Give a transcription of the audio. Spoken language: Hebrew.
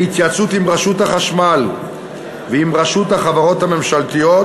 בהתייעצות עם רשות החשמל ועם רשות החברות הממשלתיות,